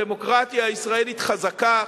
הדמוקרטיה הישראלית חזקה,